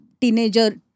teenager